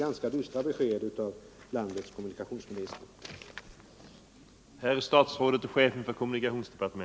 Jag måste säga att landets kommunikationsminister ger ganska dystra besked.